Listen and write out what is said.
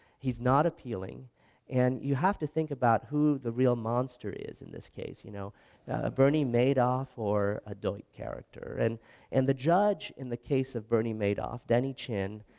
he's not appealing and you have to think about who the real monster is in this case, you know ah bernie madoff or a duch character and and the judge in the case of bernie madoff, denny chin